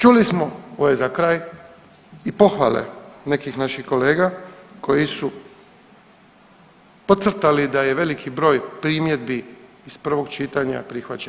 Čuli smo, ovo je za kraj, i pohvale nekih naših kolega koji su podcrtali da je veliki broj primjedbi iz prvog čitanja prihvaćen.